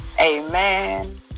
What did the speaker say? Amen